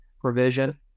provision